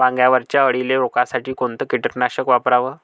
वांग्यावरच्या अळीले रोकासाठी कोनतं कीटकनाशक वापराव?